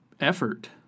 effort